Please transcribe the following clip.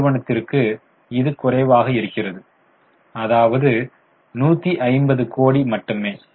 நிறுவனத்திற்கு இது குறைவாக இருக்கிறது அதாவது 150 கோடி மட்டுமே